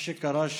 מה שקרה,